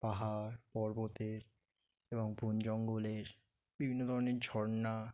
পাহাড় পর্বতের এবং বন জঙ্গলের বিভিন্ন ধরনের ঝর্ণা